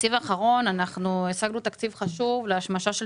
בתקציב האחרון אנחנו השגנו תקציב חשוב להשמשה של